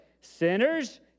sinners